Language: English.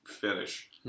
finish